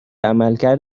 عملکرد